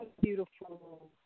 beautiful